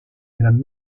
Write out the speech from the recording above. gran